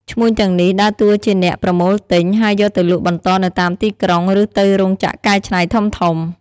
ឈ្មួញទាំងនេះដើរតួជាអ្នកប្រមូលទិញ ហើយយកទៅលក់បន្តនៅតាមទីក្រុង ឬទៅរោងចក្រកែច្នៃធំៗ។